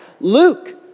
Luke